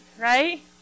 right